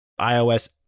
iOS